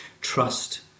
trust